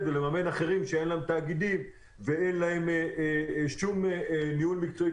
ולממן אחרים שאין להם תאגידים ואין להם שום ניהול מקצועי,